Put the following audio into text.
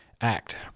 Act